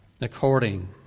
According